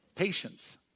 Patience